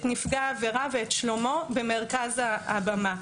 את נפגע העבירה ואת שלומו במרכז הבמה.